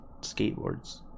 skateboards